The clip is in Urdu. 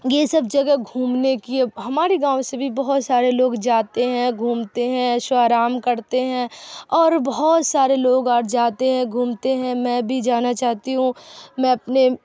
یہ سب جگہ گھومنے کی ہمارے گاؤں سے بھی بہت سارے لوگ جاتے ہیں گھومتے ہیں عیش و آرام کرتے ہیں اور بہت سارے لوگ اور جاتے ہیں گھومتے ہیں میں بھی جانا چاہتی ہوں میں اپنے